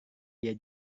dia